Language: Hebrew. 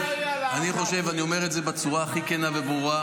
ואני אומר את זה בצורה הכי כנה וברורה: